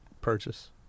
purchase